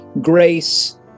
grace